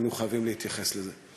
היינו חייבים להתייחס לזה.